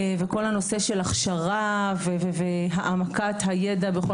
וכל הנושא של הכשרה והעמקת הידע בכל